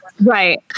Right